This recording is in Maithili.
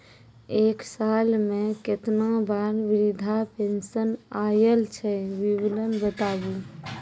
एक साल मे केतना बार वृद्धा पेंशन आयल छै विवरन बताबू?